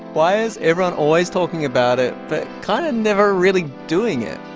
why is everyone always talking about it but kind of never really doing it?